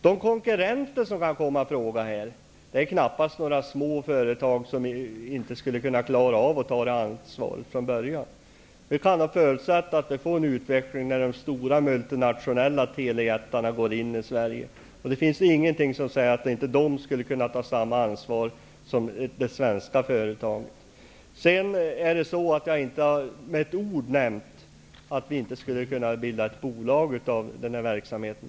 De konkurrenter som här kan komma ifråga är knappast några små företag som inte skulle kunna klara av att från början ta detta ansvar. Vi kan nog förutsätta en utveckling där de stora multinationella telejättarna går in på den svenska marknaden. Det finns ingenting som säger att de inte skulle kunna ta samma ansvar som det svenska företaget. Jag har inte sagt ett ord om att vi inte skulle kunna bilda ett bolag av denna verksamhet.